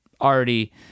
already